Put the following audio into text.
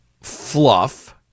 fluff